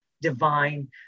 divine